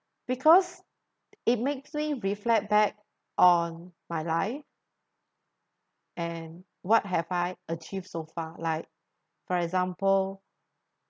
because it makes me reflect back on my life and what have I achieved so far like for example